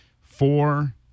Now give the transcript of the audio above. four